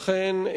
לכן,